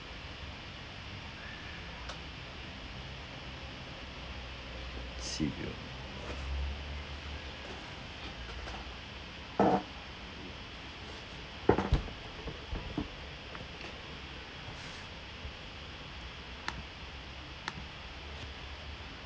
sea view